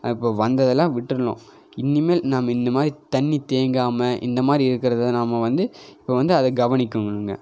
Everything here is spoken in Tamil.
இப்போ வந்ததெல்லாம் விட்டணும் இனிமேல் நாம் இந்தமாதிரி தண்ணி தேங்காமல் இந்தமாதிரி இருக்கிறத நாம் வந்து இப்போது வந்து அதை கவனிக்கணுங்க